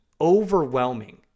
overwhelming